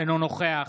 אינו נוכח